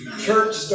Church